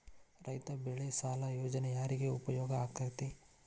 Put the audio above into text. ರೈತ ಬೆಳೆ ಸಾಲ ಯೋಜನೆ ಯಾರಿಗೆ ಉಪಯೋಗ ಆಕ್ಕೆತಿ?